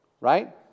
Right